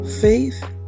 Faith